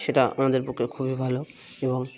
সেটা আমাদের পক্ষে খুবই ভালো এবং